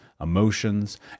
emotions